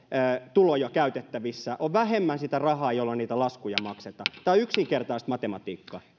tuloja käytettävissä on vähemmän sitä rahaa jolla niitä laskuja maksetaan tämä on yksinkertaista matematiikkaa